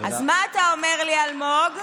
אז מה אתה אומר לי, אלמוג?